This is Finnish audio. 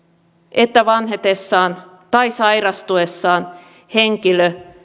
että vanhetessaan tai sairastuessaan henkilö